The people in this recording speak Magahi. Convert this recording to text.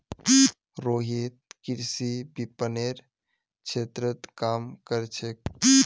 रोहित कृषि विपणनेर क्षेत्रत काम कर छेक